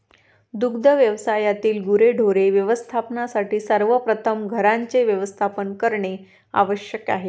दुग्ध व्यवसायातील गुरेढोरे व्यवस्थापनासाठी सर्वप्रथम घरांचे व्यवस्थापन करणे आवश्यक आहे